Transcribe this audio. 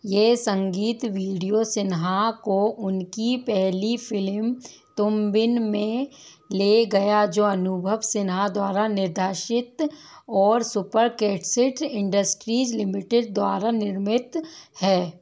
यह संगीत वीडियो सिन्हा को उनकी पहली फ़िलिम तुम बिन में ले गया जो अनुभव सिन्हा द्वारा निर्देशित और सुपर कैटसिट इंडस्ट्रीज़ लिमिटेड द्वारा निर्मित है